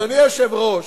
אדוני היושב-ראש,